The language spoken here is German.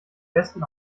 besten